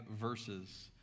verses